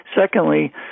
Secondly